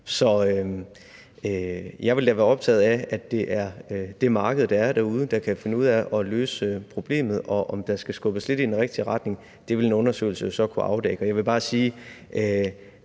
Så jeg vil da være optaget af, at det er det marked, der er derude, der kan finde ud af at løse problemet. Om der skal skubbes lidt i den rigtige retning, vil en undersøgelse så kunne afdække. Og jeg vil bare sige: